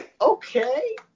Okay